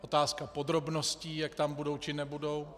Je otázka podrobností, jak tam budou, či nebudou.